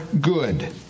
good